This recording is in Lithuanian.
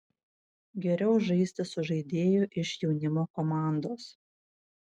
geriau žaisti su žaidėju iš jaunimo komandos